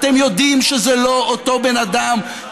יודעים שזה לא אותו בן אדם.